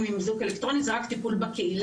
עם איזוק אלקטרוני זה רק טיפול בקהילה,